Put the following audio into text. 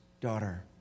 daughter